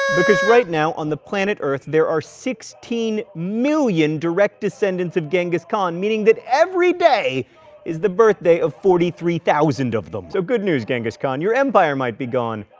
because right now on the planet earth, there are sixteen million direct descendants of genghis khan, meaning that every day is the birthday of forty three thousand of them. so, good news, genghis khan your empire might be gone,